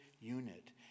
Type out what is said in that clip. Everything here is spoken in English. unit